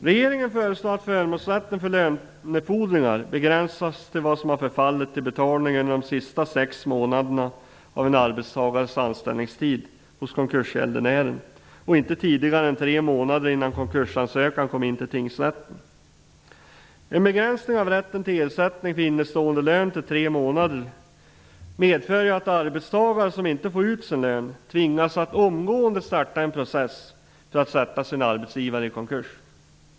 Regeringen föreslår att förmånsrätten för lönefordringar begränsas till vad som har förfallit till betalning under de sista sex månaderna av en arbetstagares anställningstid hos konkursgäldenären och inte tidigare än tre månader innan konkursansökan kom in till tingsrätten. En begränsning av rätten till ersättning för innestående lön till tre månader medför ju att arbetstagare som inte får ut sin lön tvingas att omgående starta en process för att sätta sin arbetsgivare i konkurs.